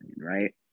right